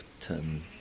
turn